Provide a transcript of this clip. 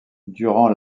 durant